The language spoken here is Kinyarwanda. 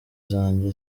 zanjye